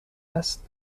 است